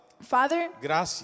Father